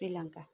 Sri Lanka